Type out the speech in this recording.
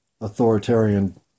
authoritarian